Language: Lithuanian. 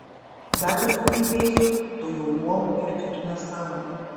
dar daugiau griuvėsių daugiau luomų ir kitų nesąmonių